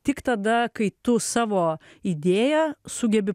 tik tada kai tu savo idėją sugebi